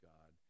God